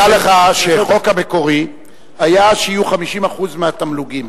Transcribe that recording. רק דע לך שבחוק המקורי היה שיהיו 50% והתמלוגים.